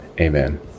amen